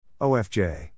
OFJ